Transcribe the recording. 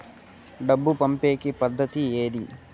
డబ్బు పంపేకి పద్దతి ఏది